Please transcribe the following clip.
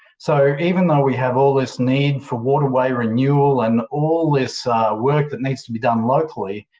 so even though we have all this need for waterway renewal and all this work that needs to be done locally,